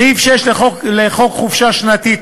סעיף 6 לחוק חופשה שנתית,